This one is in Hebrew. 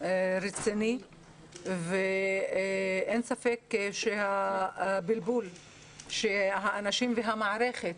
רציני ואין ספק שהבלבול שהאנשים והמערכת